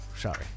sorry